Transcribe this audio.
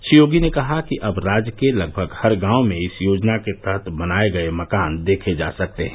श्री योगी ने कहा कि अब राज्य के लगभग हर गाँव में इस योजना के तहत बनाए गये मकान देखे जा सकते हैं